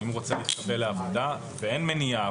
אם הוא רוצה להתקבל לעבודה ואין מניעה,